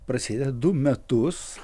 prasideda du metus